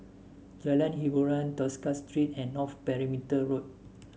Jalan Hiboran Tosca Street and North Perimeter Road